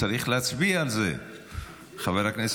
להעביר לוועדת הכספים?